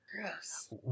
Gross